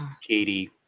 katie